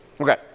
Okay